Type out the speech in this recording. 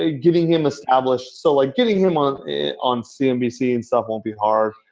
ah getting him established. so like getting him on on cnbc and stuff won't be hard,